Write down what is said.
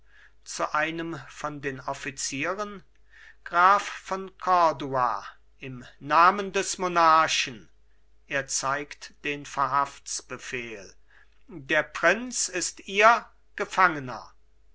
zu einem von den offizieren graf von cordua im namen des monarchen er zeigt den verhaftsbefehl der prinz ist ihr gefangener